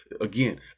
Again